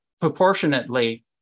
proportionately